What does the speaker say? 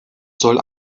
soll